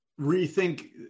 rethink